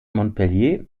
montpellier